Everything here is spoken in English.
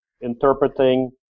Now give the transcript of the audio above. interpreting